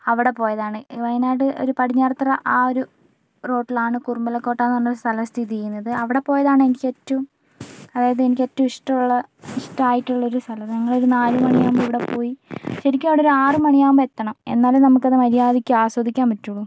അവടെപ്പോയതാണ് ഈ വയനാട് ഒരു പടിഞ്ഞാറെത്തറ ആ ഒരു റോഡിലാണ് കുറുമ്പലക്കോട്ടയെന്നു പറഞ്ഞ ഒരു സ്ഥലം സ്ഥിതി ചെയ്യുന്നത് അവിടെ പോയതാണ് എനിക്ക് ഏറ്റവും അതായത് എനിക്ക് ഏറ്റവും ഇഷ്ടമുള്ള ഇഷ്ടമായിട്ടുള്ള ഒരു സ്ഥലം ഞങ്ങൾ ഒരു നാലുമണിയാകുമ്പോൾ ഇവിടെപ്പോയി ശരിക്കും അവിടെയൊരു ആറുമണിയാകുമ്പോൾ എത്തണം എന്നാലേ നമ്മൾക്ക് അത് മര്യാദയ്ക്ക് ആസ്വദിക്കാൻ പറ്റുള്ളൂ